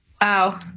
Wow